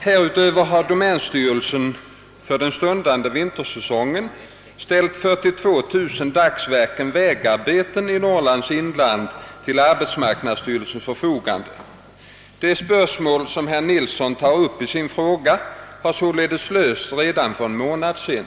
Härutöver har domänstyrelsen för den stundande vintersäsongen ställt 42 000 dagsverken vägarbete i Norrlands inland till arbetsmarknadsstyrelsens för fogande. Det spörsmål, som herr Nilsson tar upp i sin fråga, har således lösts redan för en månad sedan.